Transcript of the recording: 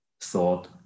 thought